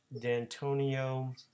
D'Antonio